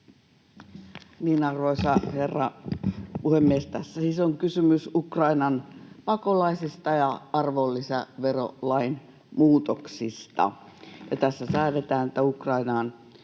Arvoisa herra puhemies! Tässä siis on kysymys Ukrainan pakolaisista ja arvonlisäverolain muutoksista. Tässä säädetään, että Ukrainasta